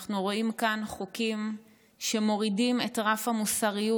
אנחנו רואים כאן חוקים שמורידים את רף המוסריות.